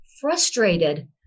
frustrated